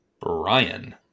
brian